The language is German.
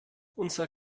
unser